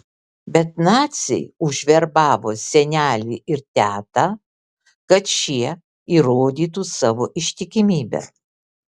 bet naciai užverbavo senelį ir tetą kad šie įrodytų savo ištikimybę